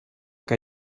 que